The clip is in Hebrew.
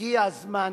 הגיע הזמן